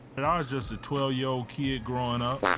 and i was just a twelve year old kid growing up,